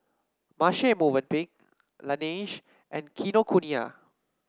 Marche Movenpick Laneige and Kinokuniya